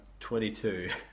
22